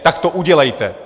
Tak to udělejte!